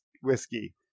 whiskey